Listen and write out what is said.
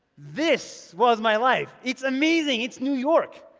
this was my life. it's amazing it's new york.